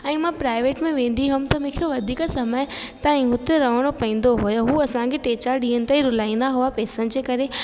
ऐं मां प्राइवेट में वेंदी हुअमि त मूंखे वधीक समय ताईं हुते रहिणो पवंदो हुओ उहो असांखे टे चारि ॾींहनि ते रूलाईंदा हुआ पेसनि जे करे